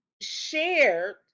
shared